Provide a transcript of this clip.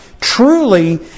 truly